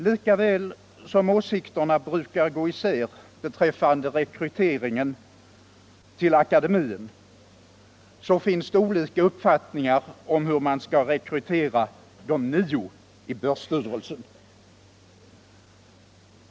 Lika väl som åsikterna brukar gå isär beträffande rekryteringen till Svenska akademien finns det olika uppfattningar om hur man skall rekrytera de nio i Börsens styrelse.